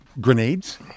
grenades